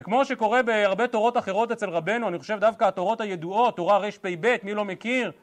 כמו שקורה בהרבה תורות אחרות אצל רבנו, אני חושב דווקא התורות הידועות, תורה רפב, מי לא מכיר?